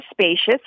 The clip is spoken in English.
spacious